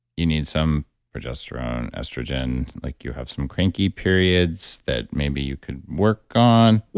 you need some progesterone, estrogen, like you have some cranky periods that maybe you could work on.